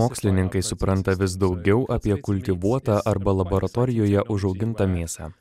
mokslininkai supranta vis daugiau apie kultivuotą arba laboratorijoje užaugintą mėsą